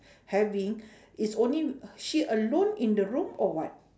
having is only she alone in the room or what